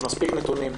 יש מספיק נתונים,